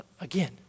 Again